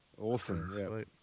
awesome